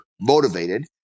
motivated